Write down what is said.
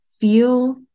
feel